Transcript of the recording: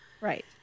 right